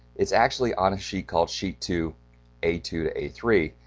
it's actually on a sheet called sheet two a two to a three.